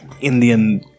Indian